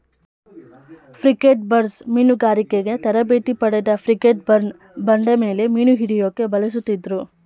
frigatebirds ಮೀನುಗಾರಿಕೆ ತರಬೇತಿ ಪಡೆದ ಫ್ರಿಗೇಟ್ಬರ್ಡ್ನ ಬಂಡೆಮೇಲೆ ಮೀನುಹಿಡ್ಯೋಕೆ ಬಳಸುತ್ತಿದ್ರು